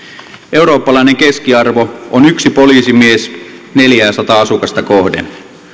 eurooppalainen keskiarvo on yksi poliisimies neljäsataa asukasta kohden